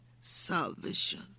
salvation